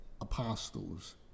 apostles